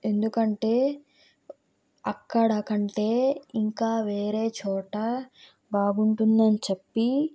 ఎందుకంటే అక్కడకంటే ఇంకా వేరే చోట బాగుంటుందని చెప్పి